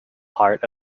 part